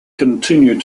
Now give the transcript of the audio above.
continued